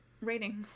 rating